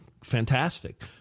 fantastic